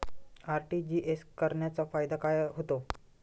RTGS करण्याचा फायदा काय होतो?